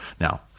Now